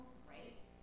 great